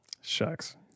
Shucks